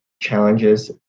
challenges